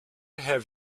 have